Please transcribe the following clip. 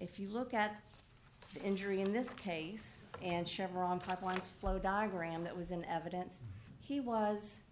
if you look at the injury in this case and chevron pipelines flow diagram that was in evidence he was